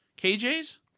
kj's